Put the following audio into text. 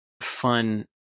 fun